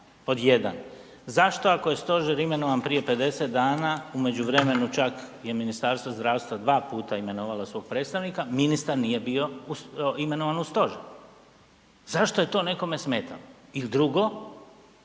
pod 1, zašto ako je stožer imenovan prije 50 dana u međuvremenu je čak Ministarstvo zdravstva dva puta imenovalo svog predstavnika ministar nije bio imenovan u stožer, zašto je to nekome smetalo? I drugo,